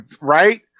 Right